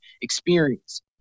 experience